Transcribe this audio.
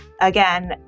again